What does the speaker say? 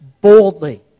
boldly